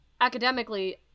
academically